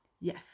yes